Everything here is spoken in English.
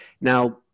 Now